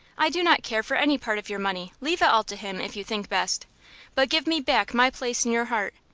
i do not care for any part of your money leave it all to him, if you think best but give me back my place in your heart.